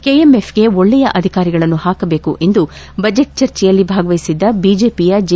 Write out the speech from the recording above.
ಕೆಎಂಎಫ್ಗೆ ಒಳ್ಳೆಯ ಅಧಿಕಾರಿಗಳನ್ನು ಹಾಕಬೇಕು ಎಂದು ಬಜೆಟ್ ಚರ್ಚೆಯಲ್ಲಿ ಭಾಗವಹಿಸಿದ್ದ ಬಿಜೆಪಿಯ ಜೆ